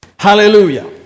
Hallelujah